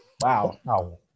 wow